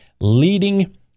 leading